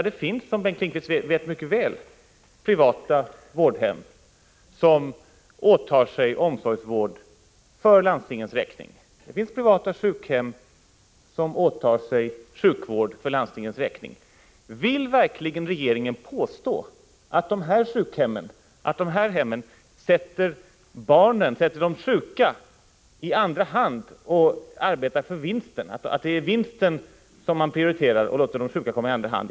Det finns, som Bengt Lindqvist mycket väl vet, privata vårdhem som åtar sig omsorgsvård för landstingens räkning, och det finns privata sjukhem som åtar sig sjukvård för landstingens räkning. Vill verkligen regeringen påstå att de hemmen i sitt arbete bara ser till vinsten och låter de sjuka komma i andra hand?